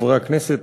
חברי הכנסת,